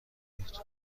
بود